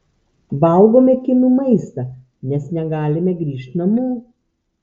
valgome kinų maistą nes negalime grįžt namo